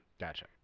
Gotcha